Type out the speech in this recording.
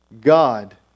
God